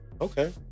okay